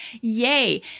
Yay